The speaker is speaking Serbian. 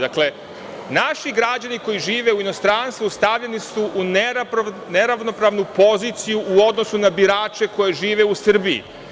Dakle, naši građani koji žive u inostranstvu stavljeni su u neravnopravnu poziciju u odnosu na birače koji žive u Srbiji.